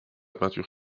peinture